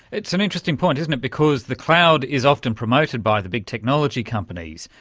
it's an interesting point, isn't it, because the cloud is often promoted by the big technology companies,